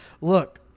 look